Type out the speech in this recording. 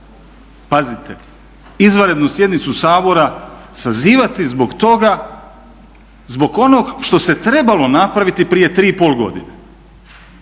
Pazite, izvanrednu sjednicu Sabora sazivati zbog onog što se trebalo napraviti prije 3,5 godine